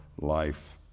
life